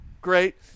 Great